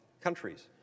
countries